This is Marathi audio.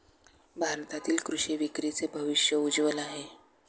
भारतातील कृषी विक्रीचे भविष्य उज्ज्वल आहे